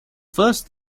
first